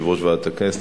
יושב-ראש ועדת הכנסת,